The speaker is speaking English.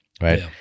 right